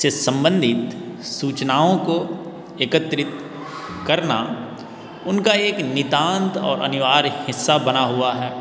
से सम्बंधित सुचानाओं को एकत्रित करना उनका एक नितांत और अनिवार्य हिस्सा बना हुआ है